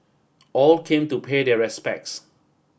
all came to pay their respects